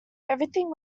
everything